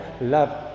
love